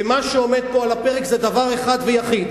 ומה שעומד פה על הפרק זה דבר אחד ויחיד,